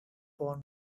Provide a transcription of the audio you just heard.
born